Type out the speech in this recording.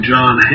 John